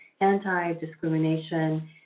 anti-discrimination